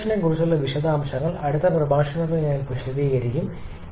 re ജനറേഷനെ കുറിച്ചുള്ള വിശദാംശങ്ങൾ അടുത്ത പ്രഭാഷണത്തിൽ ഞാൻ വിശദീകരിക്കും